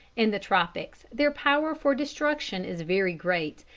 in the tropics their power for destruction is very great,